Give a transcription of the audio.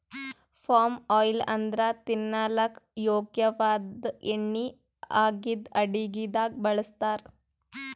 palm oil ಅಂದ್ರ ತಿನಲಕ್ಕ್ ಯೋಗ್ಯ ವಾದ್ ಎಣ್ಣಿ ಆಗಿದ್ದ್ ಅಡಗಿದಾಗ್ ಬಳಸ್ತಾರ್